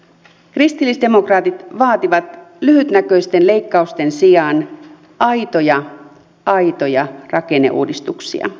kristillisdemokraatit vaativat lyhytnäköisten leikkausten sijaan aitoja aitoja rakenneuudistuksia